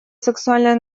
сексуальное